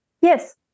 Yes